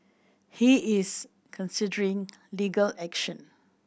he is considering legal action